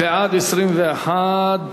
בענף החקלאות),